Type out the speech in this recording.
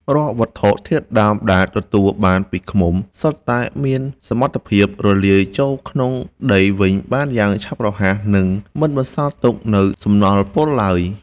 រាល់វត្ថុធាតុដើមដែលទទួលបានពីឃ្មុំ សុទ្ធតែមានសមត្ថភាពរលាយចូលក្នុងដីវិញបានយ៉ាងឆាប់រហ័ស និង មិនបន្សល់ទុកនូវសំណល់ពុលឡើយ។